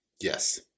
Yes